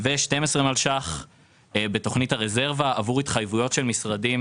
גם בשנה שעברה באתם עם אותו סעיף,